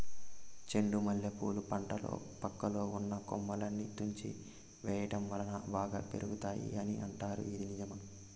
చెండు మల్లె పూల పంటలో పక్కలో ఉన్న కొమ్మలని తుంచి వేయటం వలన బాగా పెరుగుతాయి అని అంటారు ఇది నిజమా?